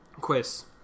Quiz